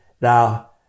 Now